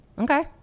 okay